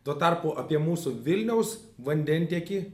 tuo tarpu apie mūsų vilniaus vandentiekį